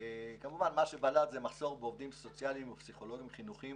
כמובן שמה שבלט זה מחסור בעובדים סוציאליים ופסיכולוגים חינוכיים,